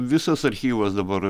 visas archyvas dabar